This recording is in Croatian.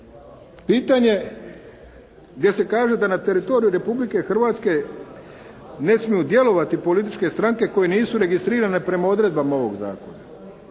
pitanje gdje se kaže da na teritoriju Republike Hrvatske ne smiju djelovati političke stranke koje nisu registrirane prema odredbama ovoga zakona.